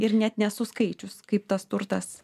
ir net nesu skaičius kaip tas turtas